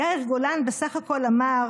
יאיר גולן בסך הכול אמר